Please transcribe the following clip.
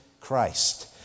Christ